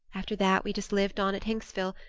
after that we just lived on at hinksville,